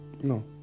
no